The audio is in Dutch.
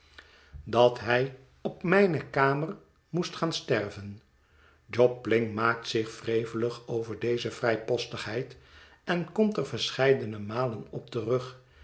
dat hij op m ij n e kamer moest gaan sterven jobling maakt zich wrevelig over deze vrijpostigheid en komt er verscheidene malen op terug